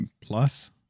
Plus